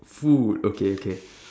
food okay okay